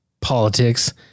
politics